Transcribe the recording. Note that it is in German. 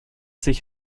sich